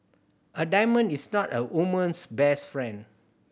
a diamond is not a woman's best friend